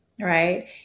right